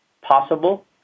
possible